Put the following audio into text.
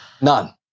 None